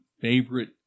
favorite